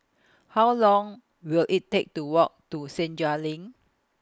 How Long Will IT Take to Walk to Senja LINK